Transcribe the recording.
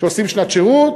שעושים שנת שירות,